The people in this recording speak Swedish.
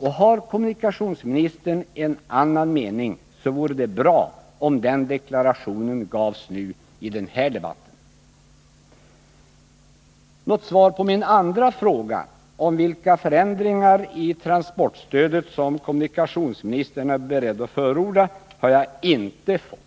Har kommunikationsministern en annan mening, vore det bra om den deklarationen gavs nu i denna debatt. Något svar på min andra fråga, om vilka förändringar i transportstödet kommunikationsministern är beredd att förorda, har jag inte fått.